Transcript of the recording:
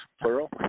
plural